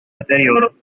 deterioro